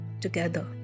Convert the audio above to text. together